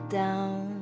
down